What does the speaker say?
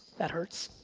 that hurts.